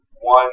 one